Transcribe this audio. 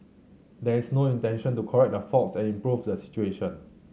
there is no intention to correct the faults and improve the situation